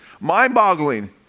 mind-boggling